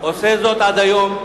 עושה זאת עד היום.